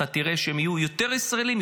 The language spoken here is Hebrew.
אתה תראה שהם יהיו יותר ישראלים,